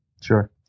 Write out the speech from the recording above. Sure